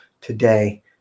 today